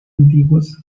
antiguos